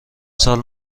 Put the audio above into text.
سال